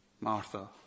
Martha